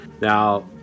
Now